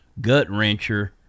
gut-wrencher